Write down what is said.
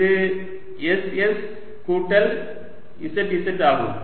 இது s s கூட்டல் z z ஆகும்